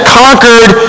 conquered